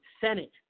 Senate